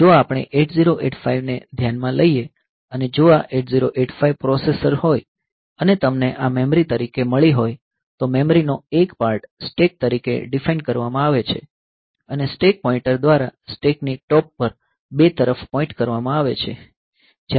જો આપણે 8085 ને ધ્યાનમાં લઈએ અને જો આ 8085 પ્રોસેસર હોય અને તમને આ મેમરી તરીકે મળી હોય તો મેમરીનો એક પાર્ટ સ્ટેક તરીકે ડિફાઇન કરવામાં આવે છે અને સ્ટેક પોઇન્ટર દ્વારા સ્ટેકની ટોપ પર બે તરફ પોઈન્ટ કરવામાં આવે છે